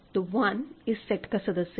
तो 1 इस सेट का सदस्य है